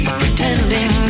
pretending